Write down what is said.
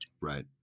Right